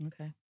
Okay